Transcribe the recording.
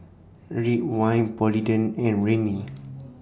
Ridwind Polident and Rene